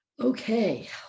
okay